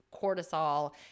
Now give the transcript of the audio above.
cortisol